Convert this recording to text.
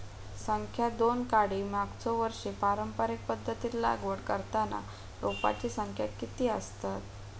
संख्या दोन काडी मागचो वर्षी पारंपरिक पध्दतीत लागवड करताना रोपांची संख्या किती आसतत?